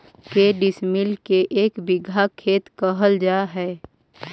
के डिसमिल के एक बिघा खेत कहल जा है?